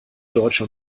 deutsche